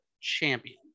champion